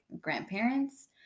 grandparents